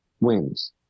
wins